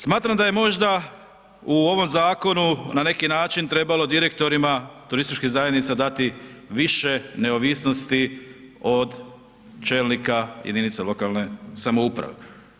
Smatram da je možda u ovom zakonu na neki način trebalo direktorima turističkih zajednica dati više neovisnosti od čelnika jedinica lokalne samouprave.